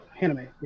anime